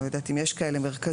אני לא יודעת אם יש כאלה מרכזים,